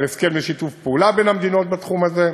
על הסכם לשיתוף פעולה בין המדינות בתחום הזה.